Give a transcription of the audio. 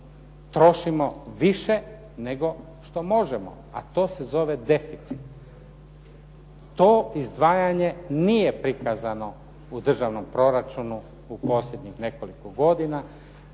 trošimo više nego što možemo a to se zove deficit. To izdvajanje nije prikazano u državnom proračunu u posljednjih nekoliko godina.